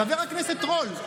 חבר הכנסת רול,